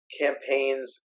campaigns